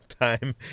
time